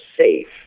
safe